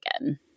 again